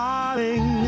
Darling